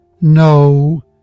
no